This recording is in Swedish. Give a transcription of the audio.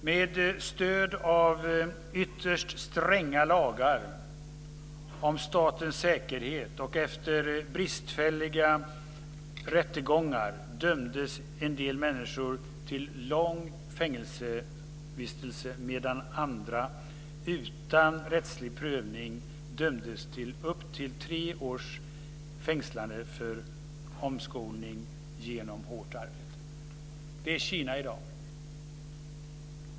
Med stöd av ytterst stränga lagar om statens säkerhet och efter bristfälliga rättegångar dömdes en del människor till långa fängelsevistelser, medan andra utan rättslig prövning dömdes till upp till tre års fängelse för omskolning genom hårt arbete. Det är Kina i dag.